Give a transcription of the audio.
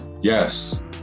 yes